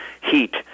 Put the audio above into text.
heat